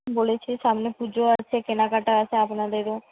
বলেছি সামনে পূজো আছে কেনাকাটা আছে আপনাদেরও